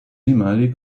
animali